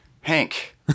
Hank